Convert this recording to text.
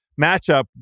matchup